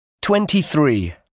Twenty-three